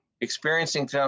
experiencing